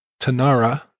Tanara